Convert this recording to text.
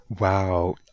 Wow